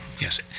Yes